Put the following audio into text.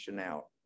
out